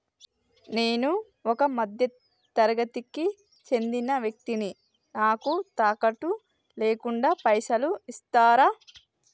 నేను ఒక మధ్య తరగతి కి చెందిన వ్యక్తిని నాకు తాకట్టు లేకుండా పైసలు ఇస్తరా?